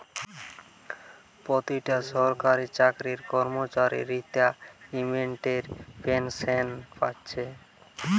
পোতিটা সরকারি চাকরির কর্মচারী রিতাইমেন্টের পেনশেন পাচ্ছে